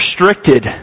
restricted